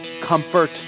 comfort